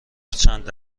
چند